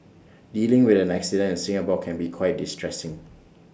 dealing with an accident in Singapore can be quite distressing